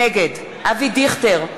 נגד אבי דיכטר,